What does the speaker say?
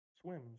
Swims